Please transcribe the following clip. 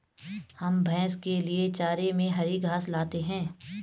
हम भैंस के लिए चारे में हरी घास लाते हैं